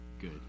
good